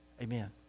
Amen